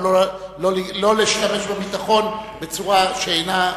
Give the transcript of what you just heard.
אבל לא להשתמש בביטחון בצורה שאינה,